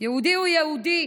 יהודי הוא יהודי,